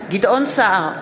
גדעון סער,